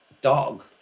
dog